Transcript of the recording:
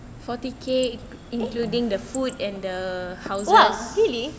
!wow! really